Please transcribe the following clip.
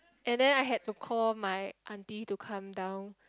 and then I had to call my aunty to come down